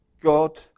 God